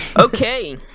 Okay